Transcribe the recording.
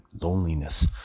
loneliness